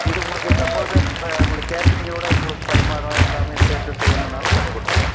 இது உங்களுக்கு சப்போஸு உங்களுக்கு கேட்ரிங்கோடய உங்களுக்கு பரிமாறணும் எல்லாமே சேர்த்து செய்யணுன்னாலும் பண்ணிக் கொடுத்துருவோம்